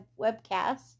webcast